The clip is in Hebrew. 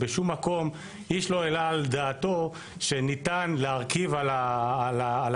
בשום מקום איש לא העלה על דעתו שניתן להרכיב על הכתפיים